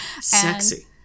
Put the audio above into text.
sexy